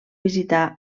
visitar